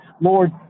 Lord